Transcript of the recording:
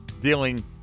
dealing